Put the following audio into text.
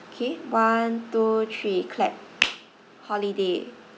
okay one two three clap holiday